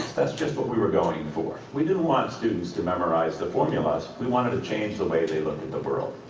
that's just what we were going for. we didn't want students to memorize formulas, we wanted to change the way they look at the world.